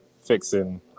fixing